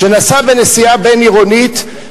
שנסע בנסיעה בין-עירונית,